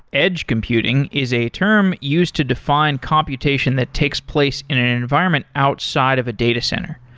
edge computing is a term used to define computation that takes place in an environment outside of a data center.